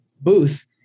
booth